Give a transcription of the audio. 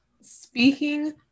Speaking